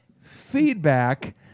feedback